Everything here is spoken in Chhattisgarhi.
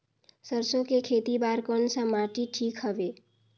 सरसो के खेती बार कोन सा माटी ठीक हवे?